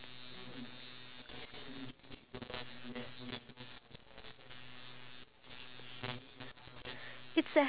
iya in an environment where everybody is talking to each other and not having a device with them